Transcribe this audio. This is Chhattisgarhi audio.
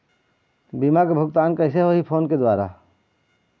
बीमा के भुगतान कइसे होही फ़ोन के द्वारा?